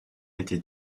été